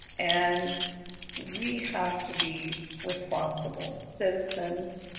and we have to be responsible citizens